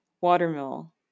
Watermill